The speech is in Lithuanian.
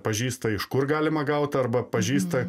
pažįsta iš kur galima gaut arba pažįsta